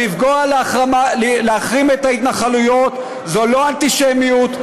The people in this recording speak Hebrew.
להחרים את ההתנחלויות זו לא אנטישמיות,